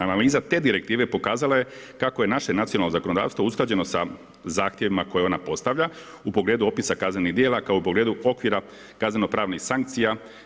Analiza te direktive pokazala je kako je naše nacionalno zakonodavstvo usklađeno sa zahtjevima koje ona postavlja u pogledu opisa kaznenih djela kao u pogledu okvira kazneno pravnih sankcija.